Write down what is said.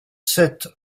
sept